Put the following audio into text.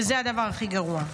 וזה הדבר הכי גרוע.